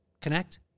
connect